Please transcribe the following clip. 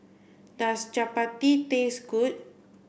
does Chapati taste good